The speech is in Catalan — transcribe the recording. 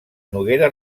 noguera